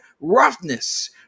Roughness